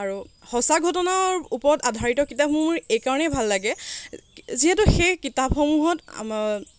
আৰু সঁচা ঘটনাৰ ওপৰত আধাৰিত কিতাপ মোৰ এইকাৰণেই ভাল লাগে যিহেতু সেই কিতাপসমূহত